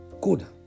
good